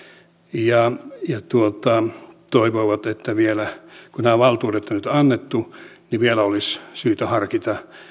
ja ja he toivoivat että kun nämä valtuudet on nyt annettu niin vielä olisi syytä harkita